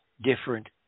different